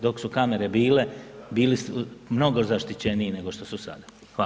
Dok su kamere bile, bili su mnogo zaštićeniji nego što su sada.